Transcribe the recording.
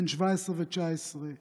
בני 17 ו-19,